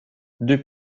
deux